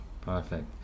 perfect